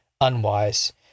unwise